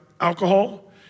alcohol